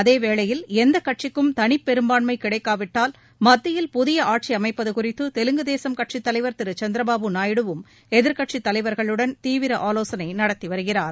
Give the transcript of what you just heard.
அதேவேளையில் எந்தக் கட்சிக்கும் தனிப்பெரும்பான்மை கிடைக்காவிட்டால் மத்தியில் புதிய ஆட்சி அமைப்பது குறிதது தெலுங்கு தேசம் கட்சித் தலைவர் திரு சந்திரபாபு நாயுடுவும் எதிர்க்கட்சித் தலைவர்களுடன் தீவிர ஆலோசனை நடத்தி வருகிறார்